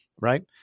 right